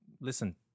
listen